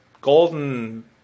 golden